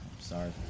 Sorry